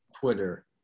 Twitter